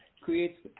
creates